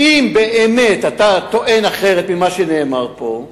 אם באמת אתה טוען אחרת ממה שנאמר פה,